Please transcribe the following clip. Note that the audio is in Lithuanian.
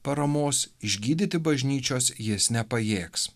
paramos išgydyti bažnyčios jis nepajėgs